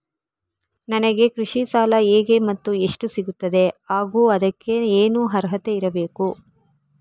ನನಗೆ ಕೃಷಿ ಸಾಲ ಹೇಗೆ ಮತ್ತು ಎಷ್ಟು ಸಿಗುತ್ತದೆ ಹಾಗೂ ಅದಕ್ಕೆ ಏನು ಅರ್ಹತೆ ಇರಬೇಕು?